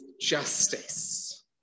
justice